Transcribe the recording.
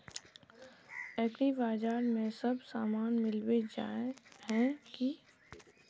एग्रीबाजार में सब सामान मिलबे जाय है की?